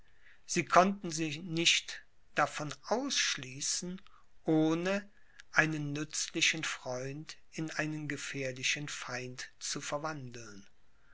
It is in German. sie konnten sie nicht davon ausschließen ohne einen nützlichen freund in einen gefährlichen feind zu verwandeln